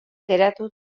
geratuko